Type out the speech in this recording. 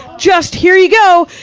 just, here you go!